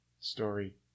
story